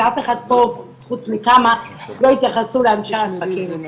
ואף אחד פה, חוץ מכמה, לא התייחסו לאנשי עסקים.